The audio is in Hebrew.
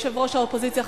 ראש האופוזיציה,